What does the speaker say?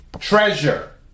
Treasure